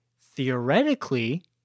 theoretically